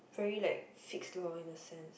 very like fix lor in a sense